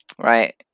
Right